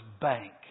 bank